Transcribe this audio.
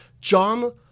John